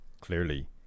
clearly